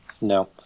No